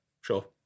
sure